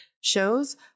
shows